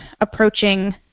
approaching